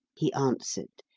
he answered.